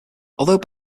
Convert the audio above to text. although